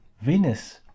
Venus